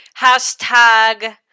hashtag